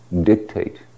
dictate